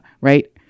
right